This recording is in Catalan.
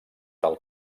del